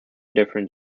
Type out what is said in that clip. different